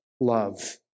love